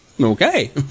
Okay